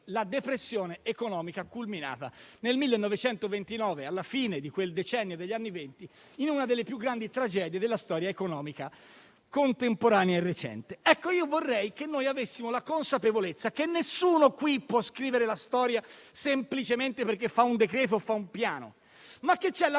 la depressione economica culminata nel 1929, alla fine di quel decennio degli anni Venti, in una delle più grandi tragedie della storia economica contemporanea e recente. Io vorrei che noi avessimo la consapevolezza che nessuno qui può scrivere la storia semplicemente perché fa un decreto o un piano, ma che c'è la